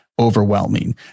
overwhelming